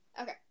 Okay